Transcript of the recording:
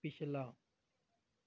ਪਿਛਲਾ